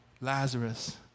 Lazarus